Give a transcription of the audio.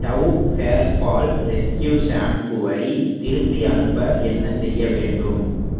tau hair fall rescue ஷாம்புவை திருப்பி அனுப்ப என்ன செய்ய வேண்டும்